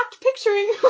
picturing